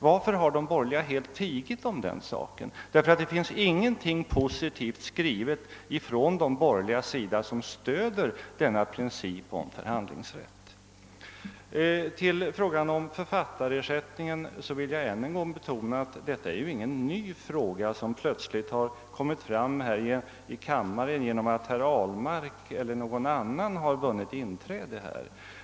Varför har de borgerliga helt tigit om den saken? Det finns ingenting positivt skrivet från de borgerligas sida som stöder denna princip om förhandlingsrätt. Till frågan om författarersättninger vill jag ännu en gång betona att detta är ingen ny fråga som plötsligt kommit fram i kammaren genom att herr Ahlmark eller någon annan har vunnit inträde här.